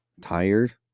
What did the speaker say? tired